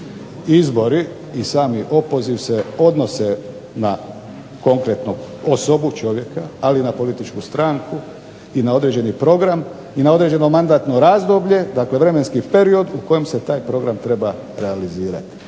Izbori i sami opoziv se odnose na konkretnu osobu, čovjeka, ali i na političku stranku, na određeni program i na određeno mandatno razdoblje, dakle vremenski period u kojem se taj program treba realizirati